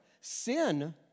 Sin